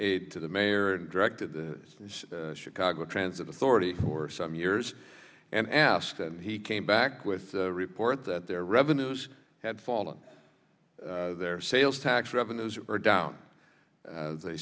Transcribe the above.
o the mayor and directed the chicago transit authority for some years and asked and he came back with a report that their revenues had fallen their sales tax revenues are down as a